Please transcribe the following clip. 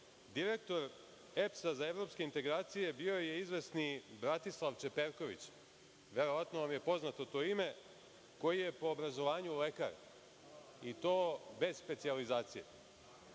Direktor EPS-a za evropske integracije bio je izvesni Bratislav Čeperković, verovatno vam je poznato to ime, koji je po obrazovanju lekar i to bez specijalizacije.Za